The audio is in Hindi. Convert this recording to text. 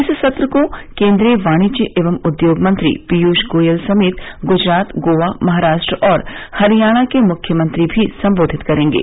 इस सत्र को केन्द्रीय वाणिज्य एवं उद्योग मंत्री पीयूष गोयल समेत गुजरात गोवा महाराष्ट्र और हरियाणा के मुख्यमंत्री भी संबोधित करेंगे